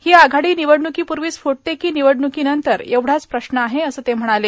ही आघाडी निवडणुकीपूर्वीच फुटते की निवडणुकीनंतर एवढाच प्रश्न आहे असं ते म्हणाले